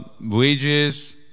wages